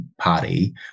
party